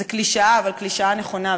זו קלישאה, אבל קלישאה נכונה.